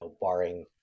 barring